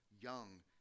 young